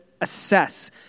assess